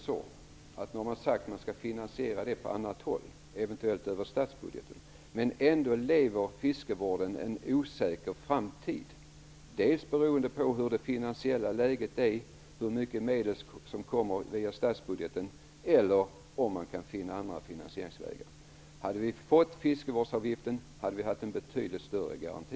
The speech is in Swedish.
Nu har man sagt att det skall finansieras på annat sätt, eventuellt över statsbudgeten. Men fiskevården går ändå en osäker framtid till mötes. Den är beroende av hur det finansiella läget är och av hur mycket medel som kommer via statsbudgeten eller av om man kan finna andra finansieringsvägar. Hade vi fått fiskevårdsavgiften hade vi haft en betydligt bättre garanti.